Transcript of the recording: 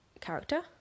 character